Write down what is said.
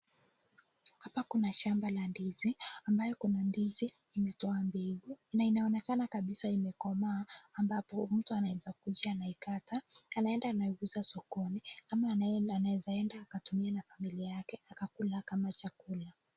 Hapa kuna shamba la ndizi, ambayo iko na ndizi imetoa mbegu, na inaonekana kabisa imekomaa, ambapo mtu anaweza kuja anaikata, anaenda anaiuza sokoni, ama anaeza enda atumie na familia yake, atumie kama chakula.